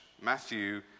Matthew